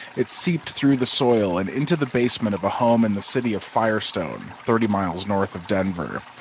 it seeped through the soil and into the basement of a home in the city of firestone, thirty miles north of denver.